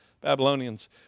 Babylonians